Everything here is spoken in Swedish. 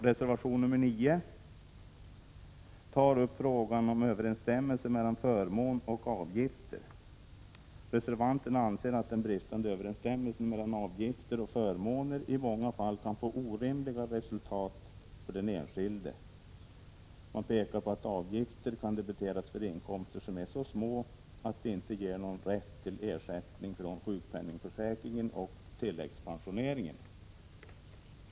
Reservation 9 tar upp frågan om överensstämmelse mellan förmåner och avgifter. Reservanterna anser att den bristande överensstämmelsen mellan avgifter och förmåner i många fall kan få orimligt resultat för den enskilde. Man pekar på att avgifter kan debiteras för inkomster som är så små att de inte ger någon rätt till ersättning från sjukpenningsförsäkringen och tilläggspensioneringen.